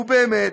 ובאמת,